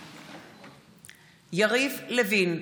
מתחייבת אני יריב לוין,